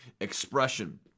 expression